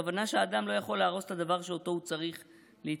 הכוונה שהאדם לא יכול להרוס את הדבר שאותו הוא צריך להתקיימותו.